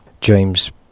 james